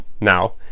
Now